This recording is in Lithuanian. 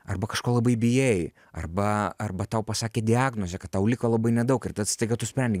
arba kažko labai bijai arba arba tau pasakė diagnozę kad tau liko labai nedaug ir tad staiga tu sprendi